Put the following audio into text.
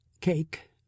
Cake